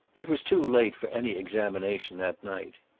it was too late for any examination that night.